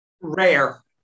Rare